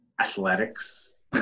athletics